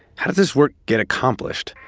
how does this work get accomplished?